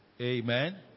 Amen